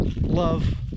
Love